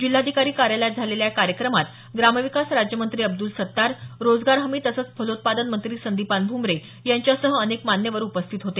जिल्हाधिकारी कार्यालयात झालेल्या या कार्यक्रमात ग्रामविकास राज्यमंत्री अब्दुल सत्तार रोजगार हमी तसंच फलोत्पादन मंत्री संदिपान भुमरे यांच्यासह अनेक मान्यवर उपस्थित होते